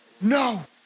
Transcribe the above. No